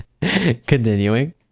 Continuing